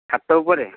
ଛାତ ଉପରେ